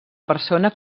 persona